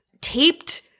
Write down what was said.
taped